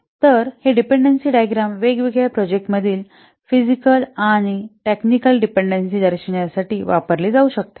तर हे dependency diagram वेगवेगळ्या प्रोजेक्ट मधील फिजिकल अँड टेक्निकल डिपेंडेंसी दर्शविण्यासाठी वापरली जाऊ शकते